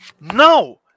no